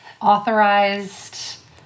authorized